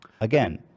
again